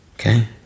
okay